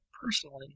personally